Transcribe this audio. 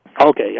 Okay